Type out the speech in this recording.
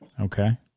Okay